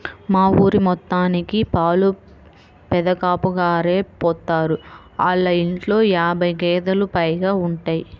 మా ఊరి మొత్తానికి పాలు పెదకాపుగారే పోత్తారు, ఆళ్ళ ఇంట్లో యాబై గేదేలు పైగా ఉంటయ్